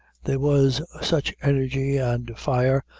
there was such energy, and fire,